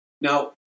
Now